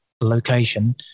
location